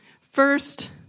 First